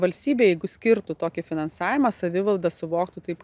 valstybė jeigu skirtų tokį finansavimą savivalda suvoktų taip